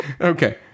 Okay